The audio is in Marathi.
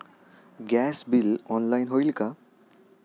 गॅस बिल ऑनलाइन होईल का?